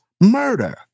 murder